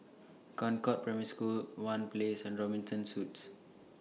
Concord Primary School one Place and Robinson Suites